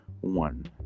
one